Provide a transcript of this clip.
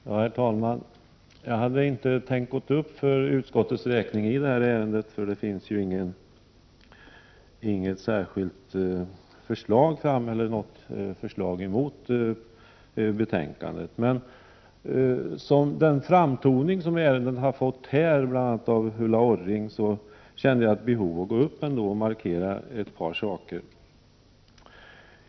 Herr talman! Jag hade inte tänkt yttra mig som utskottets talesman i det här ärendet, eftersom det ju inte finns något förslag som går emot utskottets hemställan. Den framtoning som ärendet har fått här i kammaren, bl.a. genom Ulla Orrings anförande, gör emellertid att jag känner ett behov av att gå upp i talarstolen och markera ett par saker.